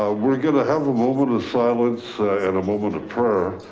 ah we're going to have a moment of silence and a moment of prayer,